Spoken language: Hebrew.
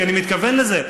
כי אני מתכוון לזה.